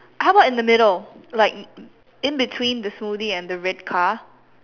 how about in the middle like in between the smoothie and the red car